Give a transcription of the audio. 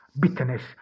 bitterness